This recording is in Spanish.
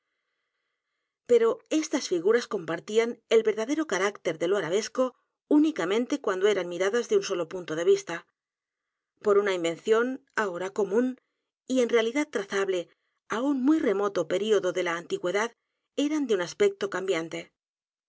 o estas figuras compartían el verdadero carácter de lo arabesco únicamente cuando eran miradas de un solo punto de vista por una invención ahora común y en realidad trazable á un muy remoto período de la antigüedad eran de u n aspecto cambiante